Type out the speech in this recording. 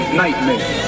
nightmare